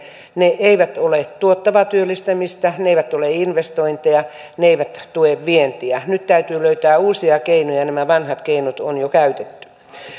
ne eivät ole tuottavaa työllistämistä ne eivät ole investointeja ne eivät tue vientiä nyt täytyy löytää uusia keinoja nämä vanhat keinot on jo käytetty